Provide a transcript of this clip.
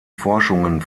forschungen